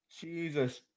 Jesus